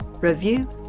review